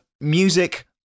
Music